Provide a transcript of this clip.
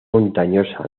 montañosa